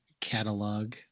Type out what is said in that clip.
catalog